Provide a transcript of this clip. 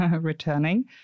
returning